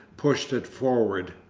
pushed it forward.